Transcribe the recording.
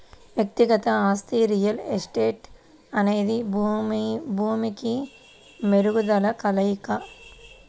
వ్యక్తిగత ఆస్తి రియల్ ఎస్టేట్అనేది భూమి, భూమికి మెరుగుదలల కలయిక